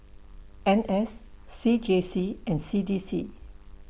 N S C J C and C D C